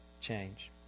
change